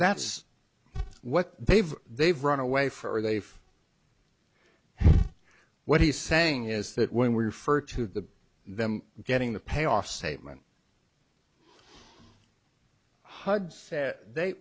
that's what they've they've run away for they've what he's saying is that when we refer to the them getting the pay off statement hud's they